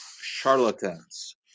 charlatans